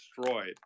destroyed